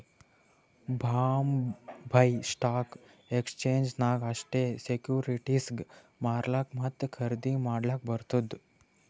Bombay stock exchange ನಾಗ್ ಅಷ್ಟೇ ಸೆಕ್ಯೂರಿಟಿಸ್ಗ್ ಮಾರ್ಲಾಕ್ ಮತ್ತ ಖರ್ದಿ ಮಾಡ್ಲಕ್ ಬರ್ತುದ್